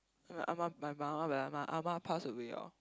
when my Ah Ma when my Ah Ma pass away hor